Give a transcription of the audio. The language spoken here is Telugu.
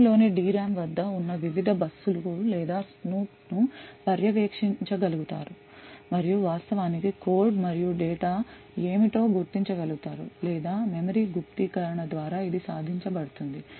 సిస్టమ్లోని D RAM వద్ద ఉన్న వివిధ బస్సు లు లేదా స్నూప్ను పర్యవేక్షించగలుగుతారు మరియు వాస్తవానికి కోడ్ మరియు డేటా ఏమిటో గుర్తించగలుగుతారు లేదా మెమరీ గుప్తీకరణ ద్వారా ఇది సాధించ బడుతుంది